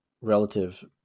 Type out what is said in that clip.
relative